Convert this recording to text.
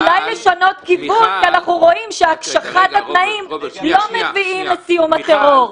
אולי לשנות כיוון כי אנחנו רואים שהקשחת התנאים לא מביאה לסיום הטרור,